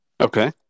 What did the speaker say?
Okay